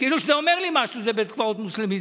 כאילו שזה אומר לי משהו שזה בית קברות מוסלמי.